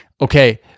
Okay